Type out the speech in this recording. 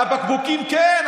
על הבקבוקים כן,